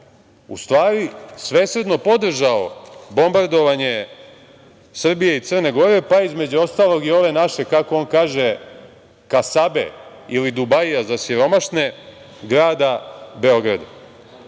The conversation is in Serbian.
u stvari svesrdno podržao bombardovanje Srbije i Crne Gore, pa između ostalog i ove naše, kako on kaže, kasabe ili Dubajia za siromašne, grada Beograda. Još